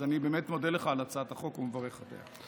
אז אני באמת מודה לך על הצעת החוק ומברך עליה.